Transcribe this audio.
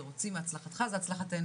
ורוצים הצלחתך זו הצלחתנו.